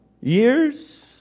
years